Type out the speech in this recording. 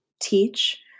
teach